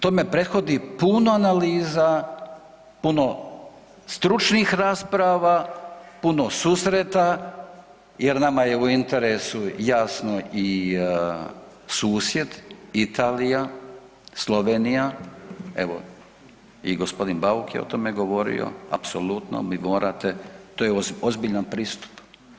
Tome prethodi puno analiza, puno stručnih rasprava, puno susreta jer nama je u interesu jasno i susjed Italija, Slovenija, evo i g. Bauk je o tome govorio, apsolutno vi morate, to je ozbiljan pristup.